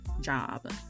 job